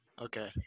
Okay